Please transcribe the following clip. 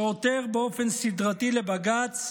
שעותר באופן סדרתי לבג"ץ,